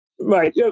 Right